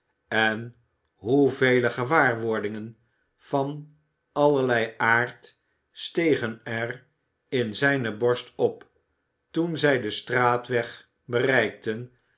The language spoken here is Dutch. en hoevele gewaarwordingen van allerlei aard stegen er in zijne borst op toen zij den straatweg bereikten